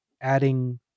adding